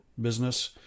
business